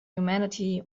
humanity